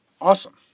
Awesome